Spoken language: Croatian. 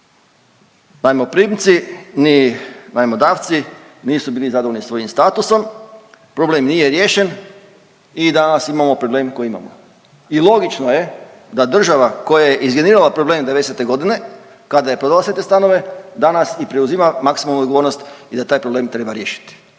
najmoprimci ni najmodavci nisu bili zadovoljni svojim statusom, problem nije riješen i danas imamo problem koji imamo. I logično je da država koja je izgenerirala problem '90.-e godine kada je prodala sve te stanove danas i preuzima maksimalnu odgovornost i da taj problem treba riješiti